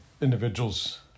individuals